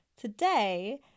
Today